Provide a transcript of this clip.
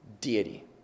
deity